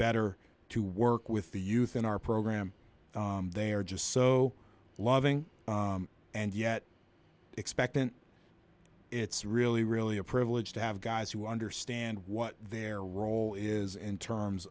better to work with the youth in our program they are just so loving and yet expectant it's really really a privilege to have guys who understand what their role is in terms